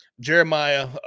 Jeremiah